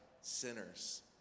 sinners